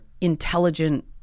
intelligent